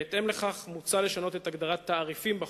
בהתאם לכך, מוצע לשנות את הגדרת "תעריפים" בחוק,